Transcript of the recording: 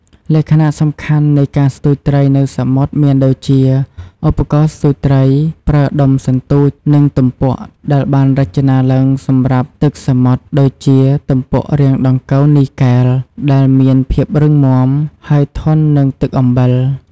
លក្ខណៈសំខាន់នៃការស្ទូចត្រីនៅសមុទ្រមានដូចជាឧបករណ៍ស្ទូចត្រី ប្រើដុំសន្ទូច និងទំពក់ដែលបានរចនាឡើងសម្រាប់ទឹកសមុទ្រ ដូចជា ទំពក់រាងដង្កូវនីកែល ដែលមានភាពរឹងមាំ ហើយធន់នឹងទឹកអំបិល។